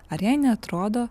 ar jai neatrodo